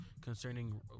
concerning